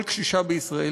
כל קשישה בישראל,